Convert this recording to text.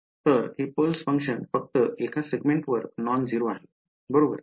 तर हे pulse function फक्त एका सेगमेंटवर नॉनझेरो आहे बरोबर